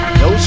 no